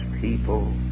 people